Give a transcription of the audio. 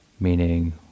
meaning